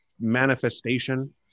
manifestation